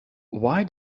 why